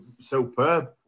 superb